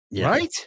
Right